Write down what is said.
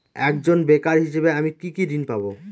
একজন বেকার হিসেবে আমি কি কি ঋণ পাব?